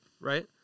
right